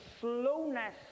slowness